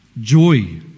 joy